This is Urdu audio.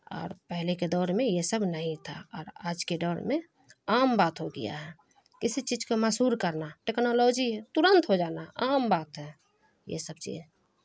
اور پہلے کے دور میں یہ سب نہیں تھا اور آج کے دور میں عام بات ہو گیا ہے کسی چیز کو مشہور کرنا ٹیکنالوجی ہے ترنت ہو جانا عام بات ہے یہ سب چیز